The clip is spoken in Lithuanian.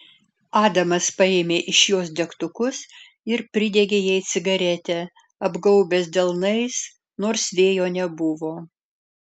adamas paėmė iš jos degtukus ir pridegė jai cigaretę apgaubęs delnais nors vėjo nebuvo